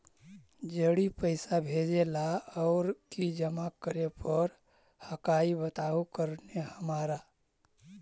जड़ी पैसा भेजे ला और की जमा करे पर हक्काई बताहु करने हमारा?